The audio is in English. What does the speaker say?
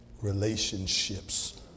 relationships